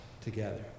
together